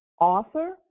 author